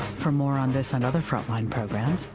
for more on this and other frontline programs,